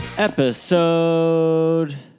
Episode